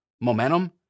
momentum